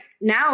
now